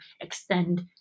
extend